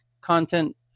content